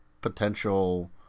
potential